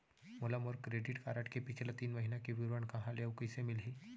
मोला मोर credit card के पिछला तीन महीना के विवरण कहाँ ले अऊ कइसे मिलही?